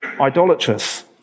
idolatrous